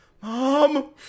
Mom